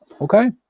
Okay